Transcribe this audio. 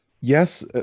yes